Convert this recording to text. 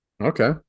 okay